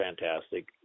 fantastic